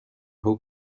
who